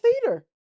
theater